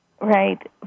right